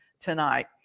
tonight